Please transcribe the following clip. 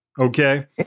Okay